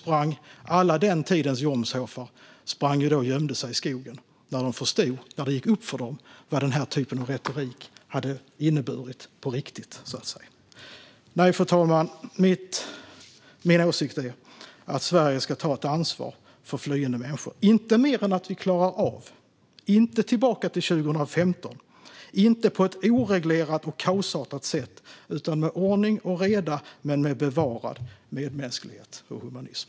Jo, alla den tidens Jomshofar sprang och gömde sig i skogen när det gick upp för dem vad den här typen av retorik hade inneburit på riktigt. Fru talman! Min åsikt är att Sverige ska ta ett ansvar för flyende människor, men inte mer än vi klarar av, inte tillbaka till 2015, inte på ett oreglerat och kaosartat sätt utan med ordning och reda men med bevarad medmänsklighet och humanism.